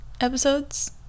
episodes